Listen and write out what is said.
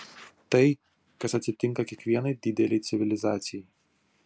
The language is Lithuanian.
tai kas atsitinka kiekvienai didelei civilizacijai